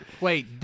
wait